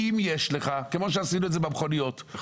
אם יש לך את מספר הטלפון,